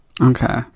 okay